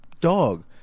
dog